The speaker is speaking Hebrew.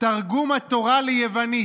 תרגום התורה ליוונית: